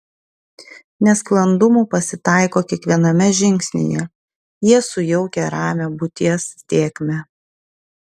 nesklandumų pasitaiko kiekviename žingsnyje jie sujaukia ramią būties tėkmę